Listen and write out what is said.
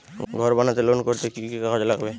ঘর বানাতে লোন করতে কি কি কাগজ লাগবে?